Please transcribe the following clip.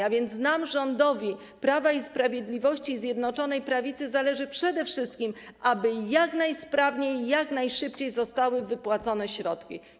A więc nam, rządowi Prawa i Sprawiedliwości i Zjednoczonej Prawicy zależy przede wszystkim na tym, aby jak najsprawniej, jak najszybciej zostały wypłacone środki.